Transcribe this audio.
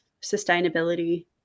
sustainability